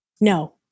no